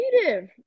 creative